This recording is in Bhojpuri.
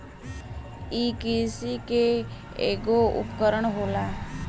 इ किरसी के ऐगो उपकरण होला